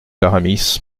aramis